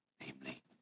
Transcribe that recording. namely